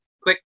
click